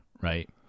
right